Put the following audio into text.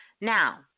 Now